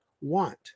want